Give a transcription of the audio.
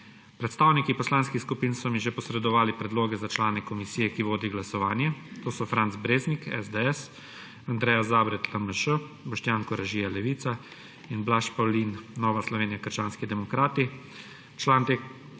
Predstavniki poslanskih skupin so mi že posredovali predloge za člane komisije, ki vodi glasovanje. To so Franc Breznik ‒ SDS, Andreja Zabret ‒ LMŠ, Boštjan Koražija ‒ Levica in Blaž Pavlin ‒ Nova Slovenija – krščanski demokrati. Član te